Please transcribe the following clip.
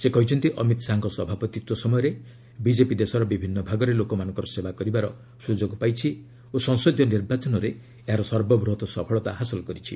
ସେ କହିଛନ୍ତି ଅମିତ ଶାହାଙ୍କ ସଭାପତିତ୍ୱ ସମୟରେ ବିଜେପି ଦେଶର ବିଭିନ୍ନ ଭାଗରେ ଲୋକମାନଙ୍କର ସେବା କରିବାର ସୁଯୋଗ ପାଇଛି ଓ ସଂସଦୀୟ ନିର୍ବାଚନରେ ଏହାର ସର୍ବବୃହତ ସଫଳତା ହାସଲ କରିଛି